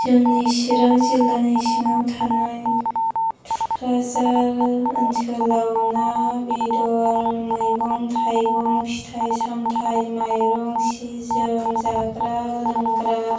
जोंनि चिरां जिल्लानि सिङाव थानाय तुक्राझार ओनसोलाव ना बेदर मैगं थाइगं फिथाइ सामथाइ माइरं सि जोम जाग्रा लोंग्रा